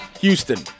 Houston